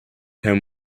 him